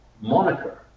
moniker